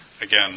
Again